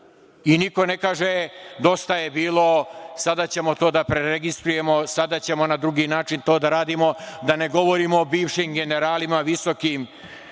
i niko ne kaže dosta je bilo, sada ćemo to da preregistrujemo, sada ćemo na drugi način to da radimo, da ne govorimo o bivšim generalima, visokim